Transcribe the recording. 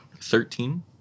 thirteen